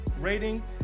rating